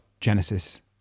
Genesis